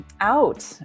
out